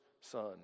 son